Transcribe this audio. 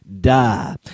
die